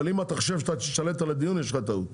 אבל אם אתה חושב שאתה תשתלט על הדיון יש לך טעות.